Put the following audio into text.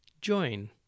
join